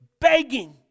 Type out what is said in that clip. begging